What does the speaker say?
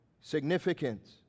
significance